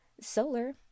Solar